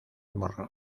morro